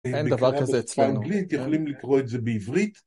אין דבר כזה אצלנו. באנגלית יכולים לקרוא את זה בעברית.